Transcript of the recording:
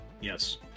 Yes